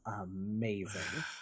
amazing